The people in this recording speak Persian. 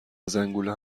زنگولم